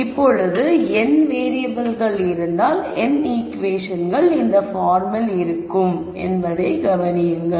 இப்பொழுது n வேறியபிள்கள் இருந்தால் n ஈகுவேஷன்கள் இந்த பார்மில் இருக்கும் என்பதை கவனியுங்கள்